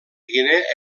guinea